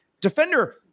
defender